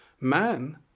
man